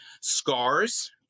Scars